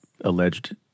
alleged